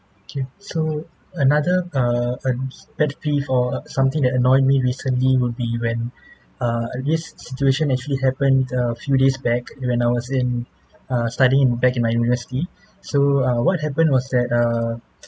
okay so another err uh pet peeve or something that annoy me recently would be when err this situation actually happened a few days back when I was in uh studying back in my university so uh what happened was that err